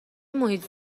محیط